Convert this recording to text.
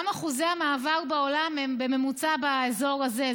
גם בעולם אחוזי המעבר הם בממוצע באזור הזה,